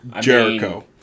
Jericho